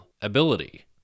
ability